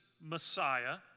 Messiah